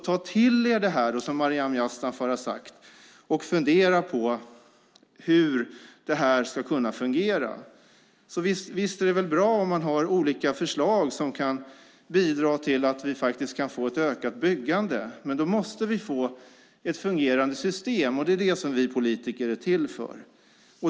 Ta till er det som Maryam Yazdanfar har sagt och fundera på hur det ska kunna fungera. Visst är det bra om man har olika förslag som kan bidra till att vi kan få ett ökat byggande. Men då måste vi få ett fungerande system. Det är vi politiker till för.